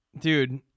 dude